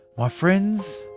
my friends,